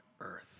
earth